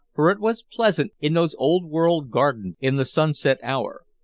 for it was pleasant in those old-world gardens in the sunset hour.